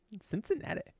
Cincinnati